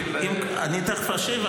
תכף אשיב,